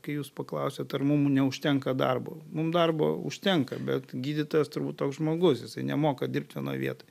kai jūs paklausėt ar mum neužtenka darbo mum darbo užtenka bet gydytojas turbūt toks žmogus jisai nemoka dirbt vietoj vietoj